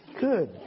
Good